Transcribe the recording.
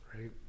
right